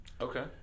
okay